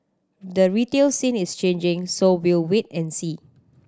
the retail scene is changing so we will wait and see